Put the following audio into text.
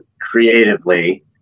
creatively